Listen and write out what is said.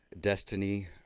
destiny